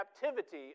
captivity